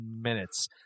minutes